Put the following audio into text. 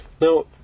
now